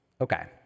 Okay